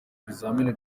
ibizamini